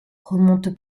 remonte